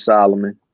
Solomon